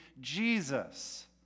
Jesus